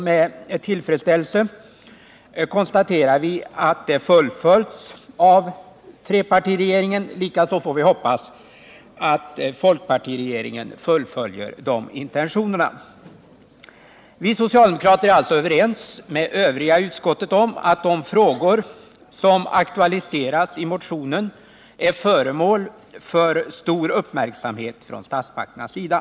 Med tillfredsställelse konstaterar vi att det fullföljts av trepartiregeringen. Likaså får vi hoppas att folkpartiregeringen fullföljer intentionerna i detta arbete. Vi socialdemokrater är alltså överens med de övriga i utskottet om att de frågor som aktualiseras i motionen är föremål för stor uppmärksamhet från statsmakternas sida.